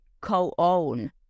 co-own